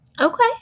Okay